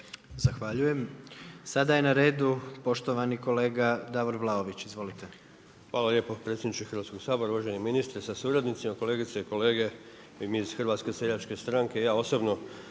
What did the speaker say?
Zahvaljujem. Sada je na redu poštovani kolega Davor Vlaović. Izvolite. **Vlaović, Davor (HSS)** Hvala lijepo predsjedniče Hrvatskog sabora. Uvaženi ministre sa suradnicima, kolegice i kolege. I mi iz HSS-a i ja osobno